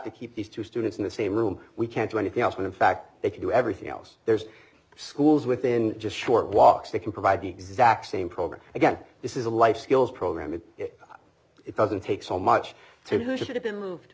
to keep these two students in the same room we can't do anything else when in fact they can do everything else there's schools within just short walks they can provide the exact same program again this is a life skills program and if it doesn't take so much time who should have been removed